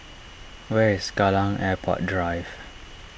where is Kallang Airport Drive